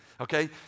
okay